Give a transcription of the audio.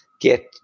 get